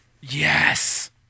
Yes